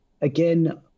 again